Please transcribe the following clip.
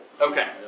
Okay